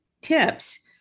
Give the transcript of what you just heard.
tips